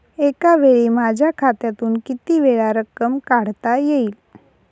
एकावेळी माझ्या खात्यातून कितीवेळा रक्कम काढता येईल?